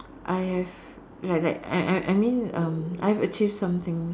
I have like like I I I mean um I've achieved something